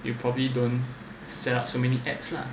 you probably don't set up so many ads lah